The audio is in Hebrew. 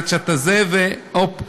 והופ,